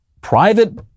private